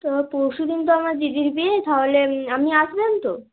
তো পরশু দিন তো আমার দিদির বিয়ে তাহলে আপনি আসবেন তো